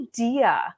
idea